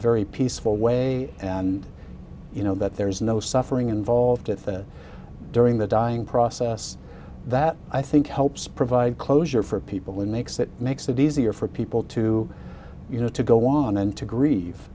very peaceful way and you know that there is no suffering involved with the during the dying process that i think helps provide closure for people makes it makes it easier for people to you know to go on and to grieve